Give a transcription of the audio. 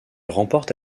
remporte